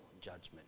judgment